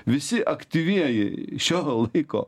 visi aktyvieji šio laiko